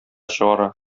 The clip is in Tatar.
чыгара